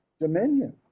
dominion